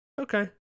Okay